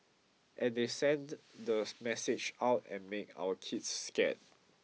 and they send the message out and make our kids scare